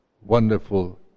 wonderful